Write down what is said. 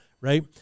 right